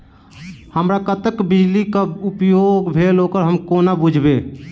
हमरा कत्तेक बिजली कऽ उपयोग भेल ओकर हम कोना बुझबै?